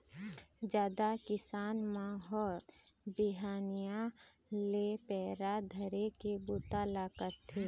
जादा किसान मन होत बिहनिया ले पैरा धरे के बूता ल करथे